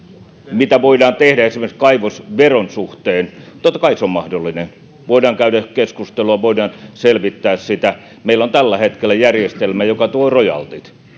mitä voidaan tehdä esimerkiksi kaivosveron suhteen totta kai se on mahdollinen voidaan käydä keskustelua voidaan selvittää sitä meillä on tällä hetkellä järjestelmä joka tuo rojaltit